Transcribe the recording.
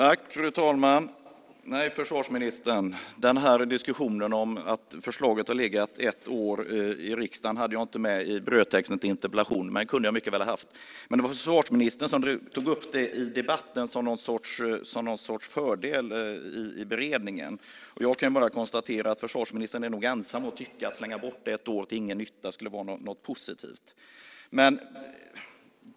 Fru talman! Nej, försvarsministern, den här diskussionen om att förslaget har legat ett år i riksdagen hade jag inte med i brödtexten i interpellationen, men det kunde jag mycket väl ha haft. Men det var försvarsministern som tog upp det i debatten som någon sorts fördel i beredningen. Jag kan bara konstatera att försvarsministern nog är ensam om att tycka att slänga bort ett år till ingen nytta skulle vara något positivt.